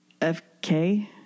FK